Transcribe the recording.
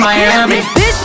Miami